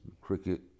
cricket